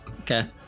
Okay